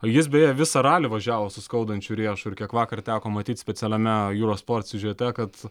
jis beje visą ralį važiavo su skaudančiu riešu ir kiek vakar teko matyt specialiame juros port siužete kad